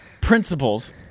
principles